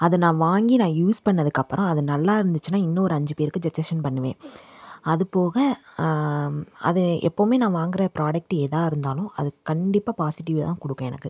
அது நான் வாங்கி நான் யூஸ் பண்ணிணதுக்கு அப்புறம் அது நல்லா இருந்துச்சுனால் இன்னும் ஒரு அஞ்சு பேருக்கு சஜ்ஜஷன் பண்ணுவேன் அது போக அது எப்பவுமே நான் வாங்கிற புராடக்ட்டு எதாக இருந்தாலும் அது கண்டிப்பாக பாசிட்டிவ்வை தான் கொடுக்கும் எனக்கு